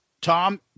Tom